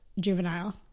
Juvenile